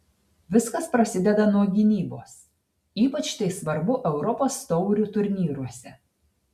viskas prasideda nuo gynybos ypač tai svarbu europos taurių turnyruose